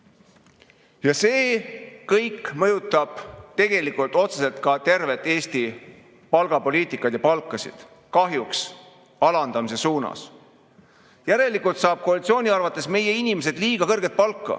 See kõik mõjutab tegelikult otseselt ka tervet Eesti palgapoliitikat ja palkasid, kahjuks alandamise suunas. Järelikult saavad koalitsiooni arvates meie inimesed liiga kõrget palka.